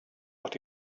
what